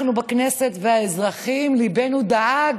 אנחנו בכנסת והאזרחים, ליבנו דאג